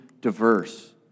diverse